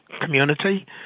community